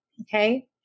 Okay